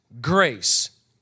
grace